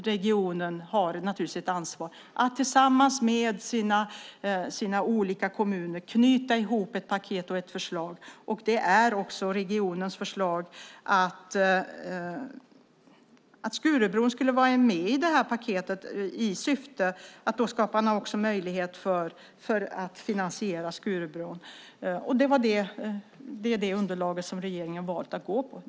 Regionen har naturligtvis ett ansvar att knyta ihop det till ett förslag, och det var regionens förslag att Skurubron skulle vara med i paketet i syfte att skapa möjlighet att finansiera Skurubron. Det är det underlaget som regeringen har valt att gå på.